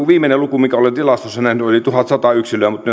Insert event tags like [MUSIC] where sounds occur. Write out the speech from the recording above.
[UNINTELLIGIBLE] viimeinen luku minkä olen tilastoissa nähnyt oli tuhatsata yksilöä mutta [UNINTELLIGIBLE]